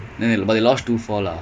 ya ya he was he was